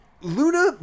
Luna